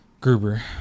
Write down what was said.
Gruber